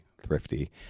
thrifty